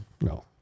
No